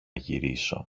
γυρίσω